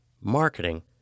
marketing